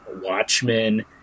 Watchmen